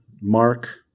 Mark